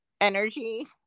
energy